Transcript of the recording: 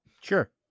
sure